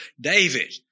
David